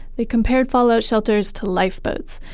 they compared fallout shelters to lifeboats.